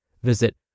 Visit